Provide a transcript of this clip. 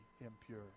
impure